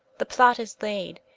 the plot is layd,